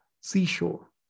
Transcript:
seashore